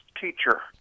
teacher